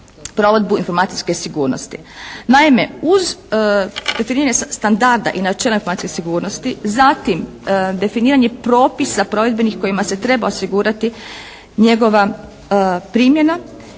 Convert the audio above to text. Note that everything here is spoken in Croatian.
Naime, uz 13 standarda i načela informacijske sigurnosti zatim, definiranje propisa provedbenih kojima se treba osigurati njegova primjena,